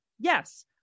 yes